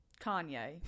Kanye